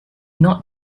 not